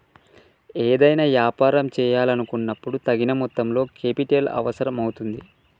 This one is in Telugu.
ఏదైనా యాపారం చేయాలనుకున్నపుడు తగిన మొత్తంలో కేపిటల్ అవసరం అవుతుంది